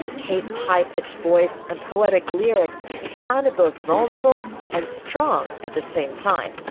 kate's high pitched voice and poetic lyrics sounded both vulnerable and strong at the same time.